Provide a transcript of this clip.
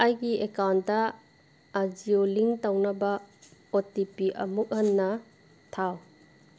ꯑꯩꯒꯤ ꯑꯦꯀꯥꯎꯟꯇ ꯑꯖꯤꯑꯣ ꯂꯤꯡ ꯇꯧꯅꯕ ꯑꯣ ꯇꯤ ꯄꯤ ꯑꯃꯨꯛ ꯍꯟꯅ ꯊꯥꯎ